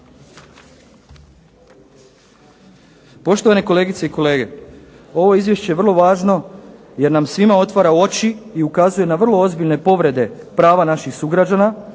Poštovane kolegice i kolege, ovo izvješće je vrlo važno, jer nam svim otvara oči i ukazuje na vrlo ozbiljne povrede prava naših sugrađana,